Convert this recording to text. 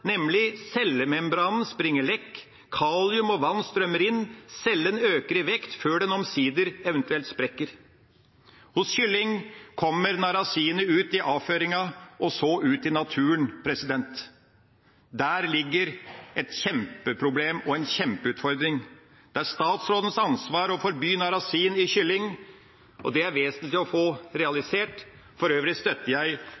nemlig at cellemembranen springer lekk, kalium og vann strømmer inn, cellen øker i vekt før den omsider eventuelt sprekker. Hos kylling kommer narasinet ut i avføringa og så ut i naturen. Der ligger et kjempeproblem og en kjempeutfordring. Det er statsrådens ansvar å forby narasin i kylling, og det er vesentlig å få realisert. For øvrig støtter jeg